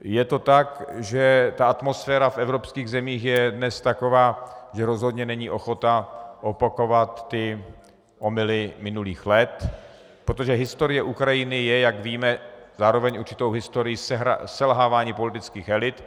Je to tak, že atmosféra v evropských zemích je taková, že rozhodně není ochota opakovat omyly minulých let, protože historie Ukrajiny je, jak víme, zároveň určitou historií selhávání politických elit.